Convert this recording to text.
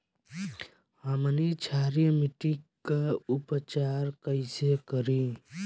हमनी क्षारीय मिट्टी क उपचार कइसे करी?